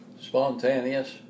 Spontaneous